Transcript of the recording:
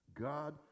God